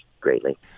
greatly